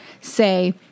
Say